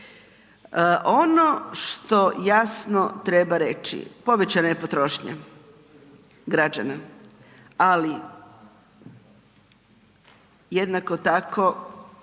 Ono što jasno treba reći, povećana je potrošnja građana ali jednako tako